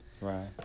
right